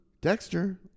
dexter